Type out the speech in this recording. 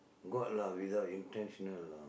got lah without intentional lah